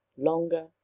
longer